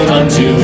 unto